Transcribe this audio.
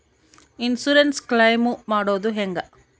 Insurance claim ಮಾಡೋದು ಹೆಂಗ?